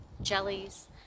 jellies